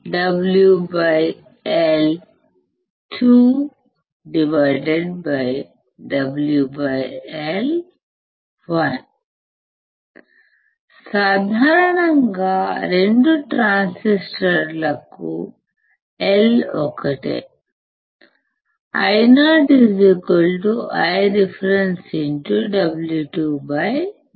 λ0 IoIref WL2WL1 సాధారణంగా రెండు ట్రాన్సిస్టర్లకు L ఒకటే Io